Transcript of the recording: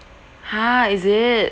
!huh! is it